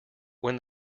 when